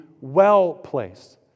well-placed